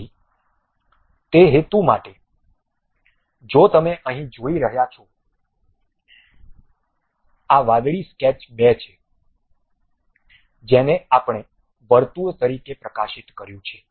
તેથી તે હેતુ માટે જો તમે અહીં જોઈ રહ્યા છો આ વાદળી સ્કેચ 2 છે જેને આપણે વર્તુળ તરીકે પ્રકાશિત કર્યું છે